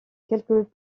quelques